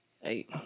Hey